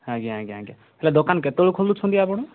ଆଜ୍ଞା ଆଜ୍ଞା ଆଜ୍ଞା ହେଲେ ଦୋକାନ କେତବେଳେ ଖୋଲୁଛନ୍ତି ଆପଣ